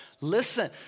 Listen